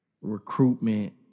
recruitment